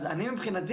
אז אני מבחינתי,